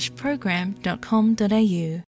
program.com.au